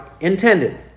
intended